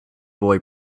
boy